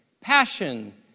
passion